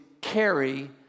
carry